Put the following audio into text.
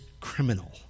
criminal